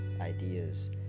ideas